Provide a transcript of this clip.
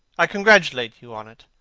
i congratulate you on it.